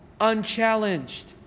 unchallenged